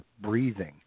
breathing